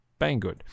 Banggood